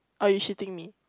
or you shooting me